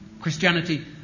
Christianity